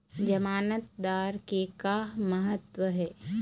जमानतदार के का महत्व हे?